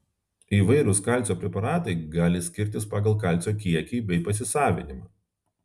įvairūs kalcio preparatai gali skirtis pagal kalcio kiekį bei pasisavinimą